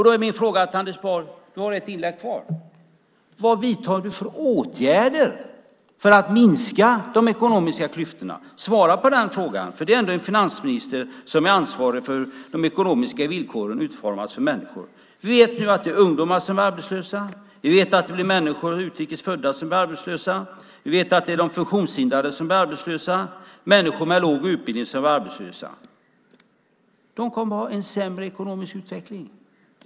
Då är min fråga till Anders Borg, som har ett inlägg kvar: Vilka åtgärder vidtar du för att minska de ekonomiska klyftorna? Svara på den frågan! Du är ändå en finansminister som är ansvarig för hur de ekonomiska villkoren utformas för människor. Vi vet nu att det är ungdomar som blir arbetslösa. Vi vet att det är utrikes födda som blir arbetslösa. Vi vet att det är de funktionshindrade som blir arbetslösa. Det är människor med låg utbildning som blir arbetslösa. De kommer att ha en sämre ekonomisk utveckling.